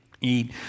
eat